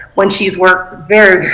when she has worked very,